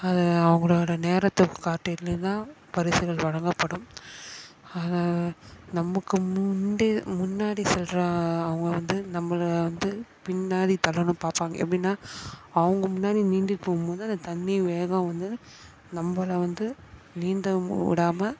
அது அவங்களோட நேரத்தை காட்டிலும் தான் பரிசுகள் வழங்கப்படும் அதனால் நமக்கு முந்தி முன்னாடி சொல்லுற அவங்க வந்து நம்பளை வந்து பின்னாடி தள்ளணும் பார்ப்பாங்க எப்படினா அவங்க முன்னாடி நீந்திகிட்டு போபோது அந்த தண்ணி வேகம் வந்து நம்பளை வந்து நீந்த விடாம